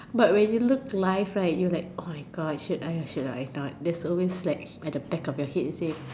but when you look live right you like oh my Gosh should or I should I not thats always like at the back of your head